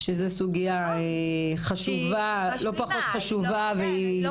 זאת סוגיה לא פחות חשובה, היא הרבה יותר רחבה.